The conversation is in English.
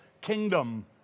kingdom